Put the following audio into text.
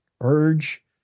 urge